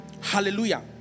hallelujah